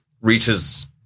reaches